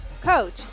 coach